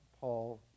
Paul